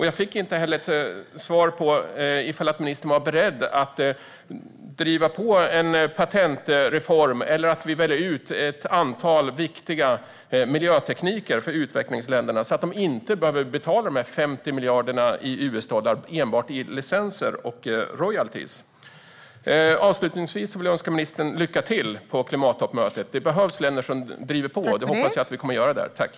Jag fick inte heller veta om ministern var beredd att driva på för en patentreform eller att välja ut ett antal viktiga miljötekniker för utvecklingsländerna så att de inte behöver betala dessa 50 miljarder US-dollar enbart i licenser och royaltyer. Avslutningsvis vill jag önska ministern lycka till på klimattoppmötet. Det behövs länder som driver på, och det hoppas jag att vi kommer att göra där.